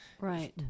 Right